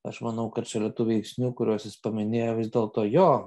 aš manau kad šalia yra tų veiksnių kuriuos jis paminėjo vis dėlto jo